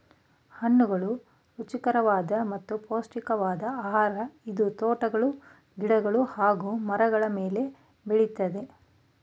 ಹಣ್ಣುಗಳು ರುಚಿಕರವಾದ ಮತ್ತು ಪೌಷ್ಟಿಕವಾದ್ ಆಹಾರ ಇದು ತೋಟಗಳು ಗಿಡಗಳು ಹಾಗೂ ಮರಗಳ ಮೇಲೆ ಬೆಳಿತದೆ